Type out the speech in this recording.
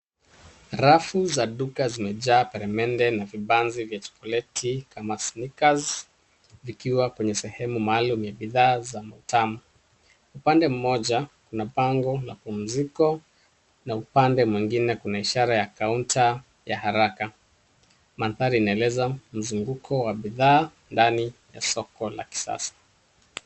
Rafu za duka zimejaa peremende na vibanzi vya chokoleti kama Snickers , vikiwa kwenye sehemu maalum ya bidhaa za utamu. Upande mmoja kuna bango la pumziko, na upande mwingine kuna ishara ya counter ya haraka. Mandhari inaeleza mzunguko wa bidhaa ndani ya soko la kisasa.